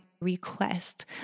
request